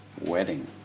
wedding